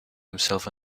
himself